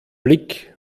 blick